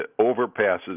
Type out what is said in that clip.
overpasses